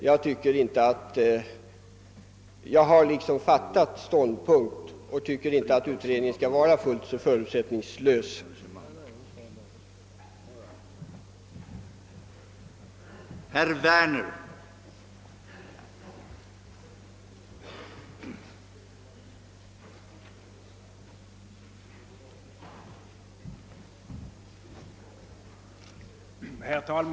Jag har fattat ståndpunkt och tycker inte att utredningen bör vara fullt så förutsättningslös som herr Gustafsson i Borås menar.